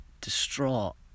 distraught